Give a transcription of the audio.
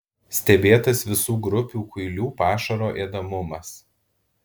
stebėtas visų grupių kuilių pašaro ėdamumas